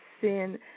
sin